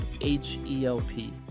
H-E-L-P